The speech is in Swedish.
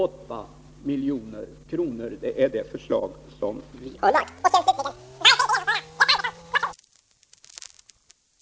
Det är inte alls konstigt att finna en konstruktion av presstödskungörelsen som kunde stimulera till det ökade samarbete som vi är överens om måste komma till stånd.